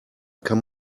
kann